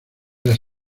las